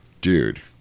dude